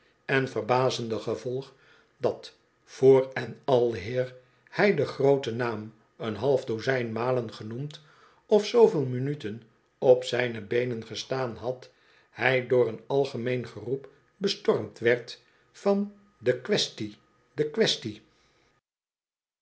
en verbazende gevolg dat voor en aleer hij den grooten naam een half dozijn malen genoemd of zooveel minuten op zijne beenen gestaan had hij door een algemeen geroep bestormd werd van de quaestie de quaestie